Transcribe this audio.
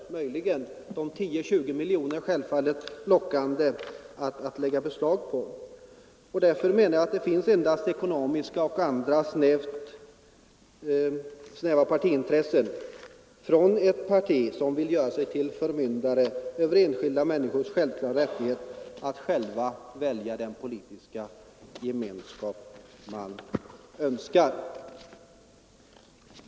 De 10-20 miljonerna är självfallet lockande att lägga beslag på. Därför menar jag att det endast finns ekonomiska och andra snäva partiintressen från ett parti som gör sig till förmyndare över enskilda människors självklara rättighet att själva välja den politiska gemenskap man önskar.